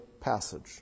passage